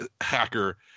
hacker